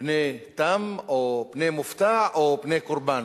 פני תם, או פני מופתע, או פני קורבן.